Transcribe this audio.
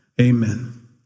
Amen